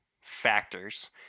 factors